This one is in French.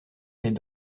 est